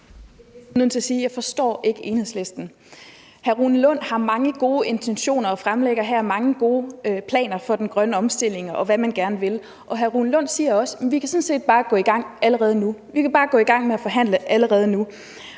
ikke forstår Enhedslisten. Hr. Rune Lund har mange gode intentioner og fremlægger her mange gode planer for den grønne omstilling og for, hvad man gerne vil. Og hr. Rune Lund siger også, at vi sådan set bare kan gå i gang allerede nu. Vi kan bare gå i gang med at forhandle allerede nu,